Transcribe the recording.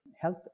health